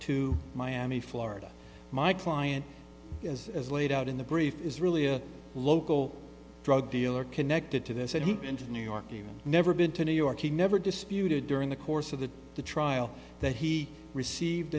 to miami florida my client as laid out in the brief is really a local drug dealer connected to this had he been to new york you never been to new york he never disputed during the course of the the trial that he received